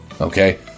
okay